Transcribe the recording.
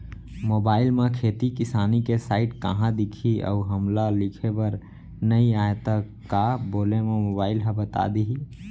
Mobile म खेती किसानी के साइट कहाँ दिखही अऊ हमला लिखेबर नई आय त का बोले म मोबाइल ह बता दिही?